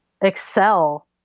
excel